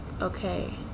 okay